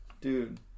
Dude